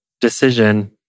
decision